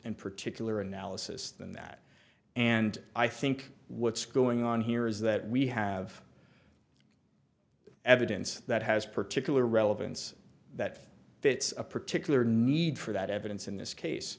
and particular analysis than that and i think what's going on here is that we have evidence that has particular relevance that fits a particular need for that evidence in this case